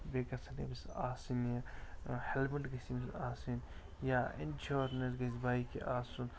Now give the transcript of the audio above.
بیٚیہِ گژھَن أمِس آسٕنۍ یہِ ہٮ۪لمِٹ گژھِ أمِس آسٕنۍ یا اِنشورنٕس گَژھِ بایکہِ آسُن